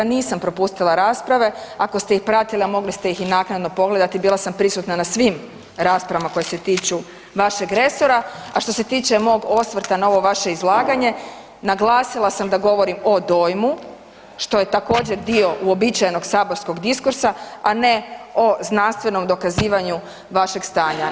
Nisam propustila rasprave, ako ste ih pratili, a mogli ste ih i naknadno pogledati, bila sam prisutna na svim raspravama koje se tiču vašeg resora, a što se tiče mog osvrta na ovo vaše izlaganje, naglasila sam da govorim o dojmu, što je također, dio uobičajenog saborskog diskursa, a ne o znanstvenom dokazivanju vašeg stanja.